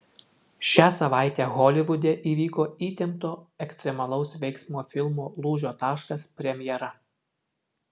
šią savaitę holivude įvyko įtempto ekstremalaus veiksmo filmo lūžio taškas premjera